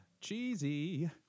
Cheesy